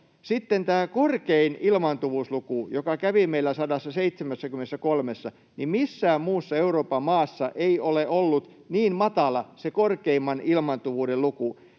Sitten on tämä korkein ilmaantuvuusluku, joka kävi meillä 173:ssa — missään muussa Euroopan maassa ei ole ollut niin matala se korkeimman ilmaantuvuuden luku.